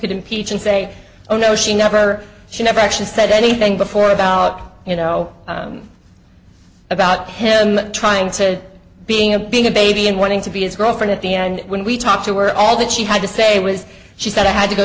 could impeach and say oh no she never she never actually said anything before about you know about him trying to being a being a baby and wanting to be his girlfriend at the end when we talked to were all that she had to say was she said i had to go